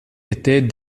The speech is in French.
était